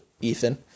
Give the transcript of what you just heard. Ethan